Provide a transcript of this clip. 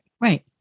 Right